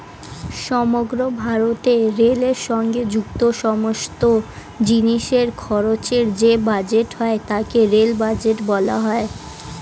সমগ্র ভারতে রেলের সঙ্গে যুক্ত সমস্ত জিনিসের খরচের যে বাজেট হয় তাকে রেল বাজেট বলা হয়